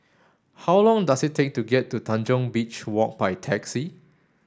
how long does it take to get to Tanjong Beach Walk by taxi